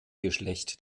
geschlecht